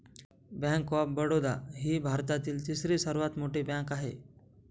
bank of Baroda ही भारतातील तिसरी सर्वात मोठी बँक आहे